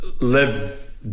live